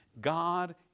God